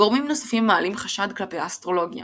גורמים נוספים המעלים חשד כלפי האסטרולוגיה